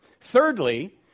Thirdly